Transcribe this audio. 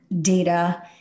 data